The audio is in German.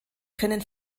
können